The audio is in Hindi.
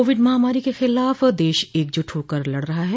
कोविड महामारी के खिलाफ देश एकजुट होकर लड़ रहा है